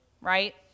right